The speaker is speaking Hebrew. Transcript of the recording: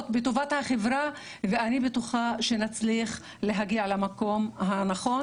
בטובת החברה ואני בטוחה שנצליח להגיע למקום הנכון.